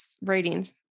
Ratings